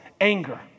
anger